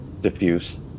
diffuse